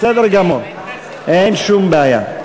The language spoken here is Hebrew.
בסדר גמור, אין שום בעיה.